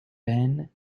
ben